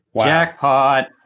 Jackpot